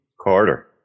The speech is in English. Carter